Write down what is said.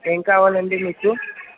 ఏం కావాలి అండి మీకు